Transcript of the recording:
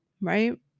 right